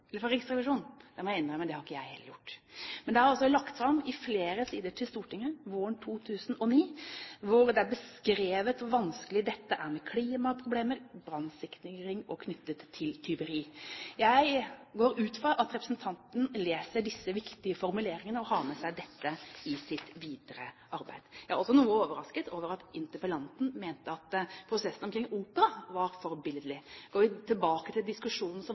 eller fra Riksrevisjonen – jeg må innrømme at det har heller ikke jeg gjort. Men det er altså lagt fram i flere sider til Stortinget våren 2009, hvor det er beskrevet hvor vanskelig dette er, med klimaproblemer, brannsikring og tyveri. Jeg går ut fra at representanten leser disse viktige formuleringene og har med seg dette i sitt videre arbeid. Jeg er også noe overrasket over at interpellanten mener at prosessen rundt operaen var forbilledlig. Går vi tilbake til diskusjonen